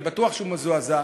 אני בטוח שהוא מזועזע.